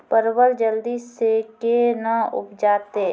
परवल जल्दी से के ना उपजाते?